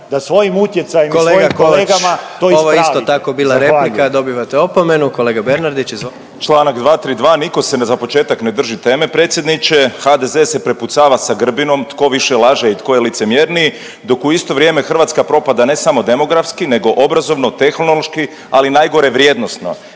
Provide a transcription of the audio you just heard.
da svojim utjecajem i svojim kolegama … …/Upadica